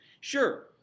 Sure